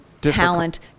talent